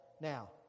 Now